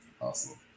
Awesome